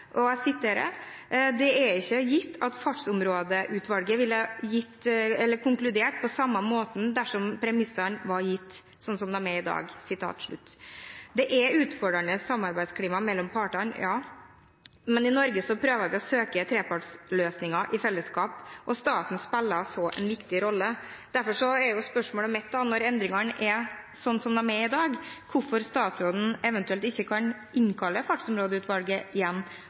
det er «ikke gitt at fartsområdeutvalget ville konkludert på samme måte dersom disse premissene var gitt» – sånn som de er i dag. Det er et utfordrende samarbeidsklima mellom partene, ja, men i Norge prøver vi å søke trepartsløsninger i fellesskap, og staten spiller en viktig rolle. Derfor er spørsmålet mitt, når endringene er sånn som de er i dag, hvorfor statsråden eventuelt ikke kan innkalle Fartsområdeutvalget igjen,